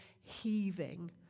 heaving